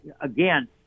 again